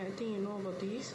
I think you know about this